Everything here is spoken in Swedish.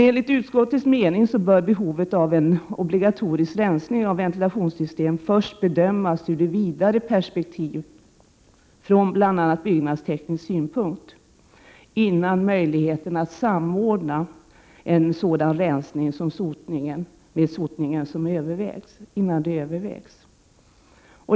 Enligt utskottets mening bör behovet av en obligatorisk rensning av ventilationssystem först bedömas ur ett vidare perspektiv från bl.a. byggnadsteknisk synpunkt, innan möjligheten att samordna en sådan rensning med sotningen övervägs.